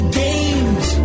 games